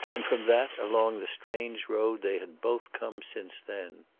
and from that along the strange road they had both come since then.